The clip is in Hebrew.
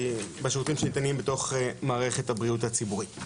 שניתנים בתוך מערכת הבריאות הציבורית.